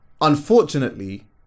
unfortunately